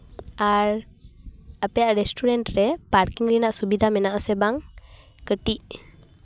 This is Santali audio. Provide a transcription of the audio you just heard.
ᱟᱨ ᱟᱯᱮᱭᱟᱜ ᱨᱮᱥᱴᱩᱨᱮᱱᱴ ᱨᱮ ᱯᱟᱨᱠᱤᱝ ᱨᱮᱱᱟᱜ ᱥᱩᱵᱤᱫᱷᱟ ᱢᱮᱱᱟᱜᱼᱟ ᱥᱮ ᱵᱟᱝ ᱠᱟᱹᱴᱤᱡ